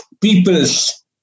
people's